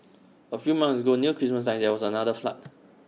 A few months ago near Christmas time there was another flood